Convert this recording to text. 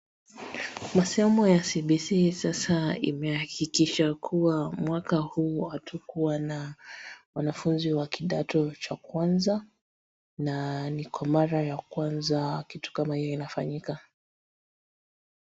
Masomo ya CBC sasa imehakikisha kuwa mwaka huu hatukuwa na wanafunzi wa kidato cha kwanza na ni kwa mara ya kwanza kitu kama hiyo inafanyika.